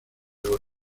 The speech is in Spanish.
oro